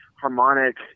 harmonic